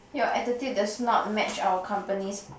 your attitude does not match our company's